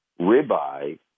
ribeye